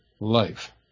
life